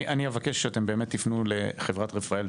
אני אבקש שאתם באמת תפנו לחברת "רפאל",